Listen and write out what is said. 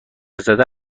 زده